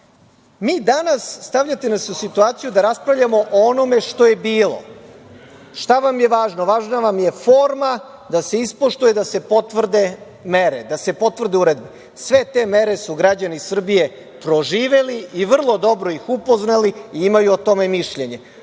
danas, stavljate nas u situaciju da raspravljamo o onome što je bilo. Šta vam je važno? Važna vam je forma da se ispoštuje, da se potvrde mere, da se potvrde uredbe. Sve te mere su građani Srbije proživeli i vrlo dobro ih upoznali i imaju o tome mišljenje. Ono